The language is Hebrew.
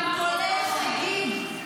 כולל חגים.